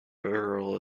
earl